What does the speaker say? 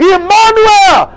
Emmanuel